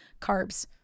carbs